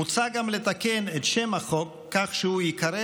מוצע גם לתקן את שם החוק כך שהוא ייקרא